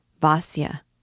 Vasya